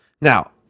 Now